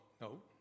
no